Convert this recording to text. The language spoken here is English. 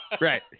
right